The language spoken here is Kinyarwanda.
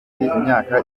imyaka